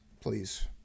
Please